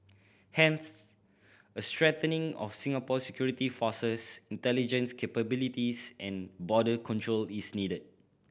hence a strengthening of Singapore's security forces intelligence capabilities and border control is needed